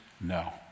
No